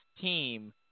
team